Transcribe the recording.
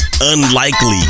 Unlikely